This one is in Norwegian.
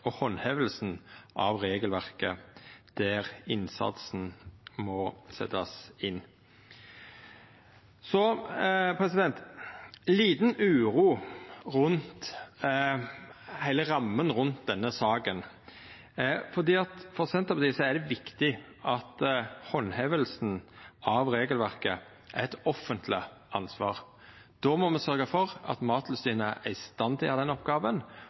innsatsen må setjast inn. Ei lita uro rundt heile ramma rundt denne saka: For Senterpartiet er det viktig at handhevinga av regelverket er eit offentleg ansvar. Då må me sørgja for at Mattilsynet er i stand til å utføra den